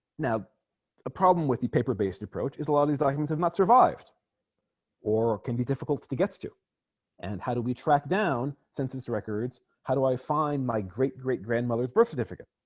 now a problem with the paper-based approach is a lot of these items have not survived or can be difficult to get to and how do we track down census records how do i find my great-great grandmother's birth certificate